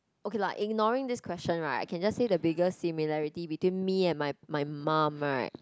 okay lah ignoring this question right I can just say the biggest similarity between me and my my mum right